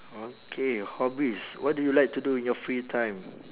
okay hobbies what do you like to do in your free time